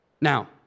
Now